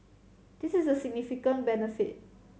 this is a significant benefit